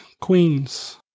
Queens